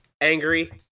angry